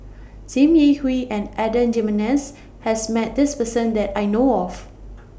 SIM Yi Hui and Adan Jimenez has Met This Person that I know of